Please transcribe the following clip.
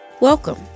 Welcome